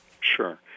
Sure